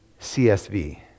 csv